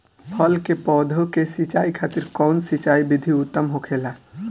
फल के पौधो के सिंचाई खातिर कउन सिंचाई विधि उत्तम होखेला?